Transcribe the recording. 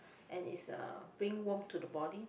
and it's uh bring warmth to the body